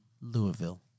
Louisville